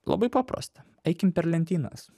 labai paprasta eikim per lentynas